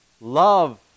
love